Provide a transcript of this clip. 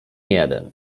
jeden